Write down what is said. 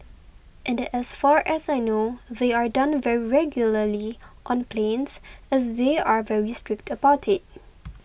and as far as I know they are done very regularly on planes as they are very strict about it